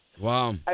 Wow